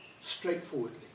Straightforwardly